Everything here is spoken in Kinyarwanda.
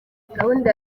gahunda